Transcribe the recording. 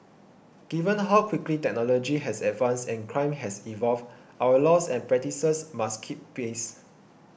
given how quickly technology has advanced and crime has evolved our laws and practices must keep pace